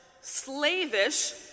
slavish